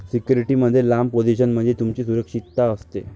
security मध्ये लांब position म्हणजे तुमची सुरक्षितता आहे